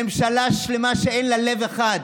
ממשלה שלמה שאין לה לב אחד.